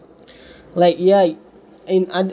like it in and